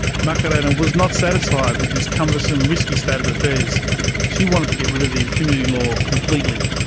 macarena was not satisfied with this cumbersome, risky state of affairs. she wanted to get rid of the impunity law completely.